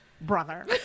brother